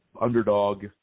underdog